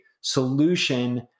solution